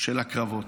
של הקרבות.